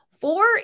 Four